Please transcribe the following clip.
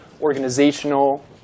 organizational